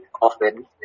often